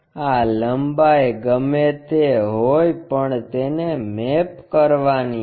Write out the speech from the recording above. આ લંબાઈ ગમે તે હોય પણ તેને મેપ કરવાની છે